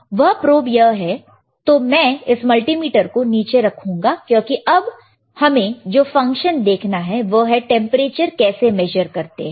वह प्रोब यह है तो मैं इस मल्टीमीटर को नीचे रखूंगा क्योंकि अब हमें जो फंक्शन देखना है वह है कि टेंपरेचर कैसे मेजर करते हैं